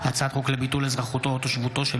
הצעת חוק לביטול אזרחות או תושבותו של